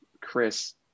Chris